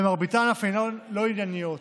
ומרביתן אף לא ענייניות.